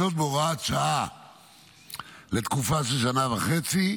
זאת, בהוראת שעה לתקופה של שנה וחצי,